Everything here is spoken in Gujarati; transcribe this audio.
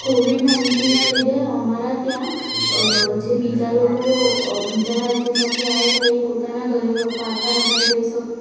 કોવિડ નાઇન્ટીનનાં લીધે અમારા ત્યાં જે બીજા લોકો બીજા રાજયોમાંથી આવ્યા હતા એ પોતાના ઘરે પાછા નહોતા જઈ શકતા